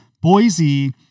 Boise